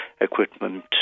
equipment